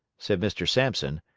said mr. sampson,